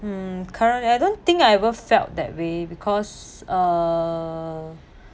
um currently I don't think I ever felt that way because uh